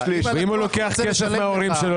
אם הוא לוקח כסף מההורים שלו?